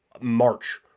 March